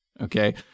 okay